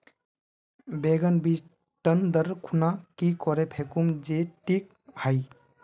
बैगन बीज टन दर खुना की करे फेकुम जे टिक हाई?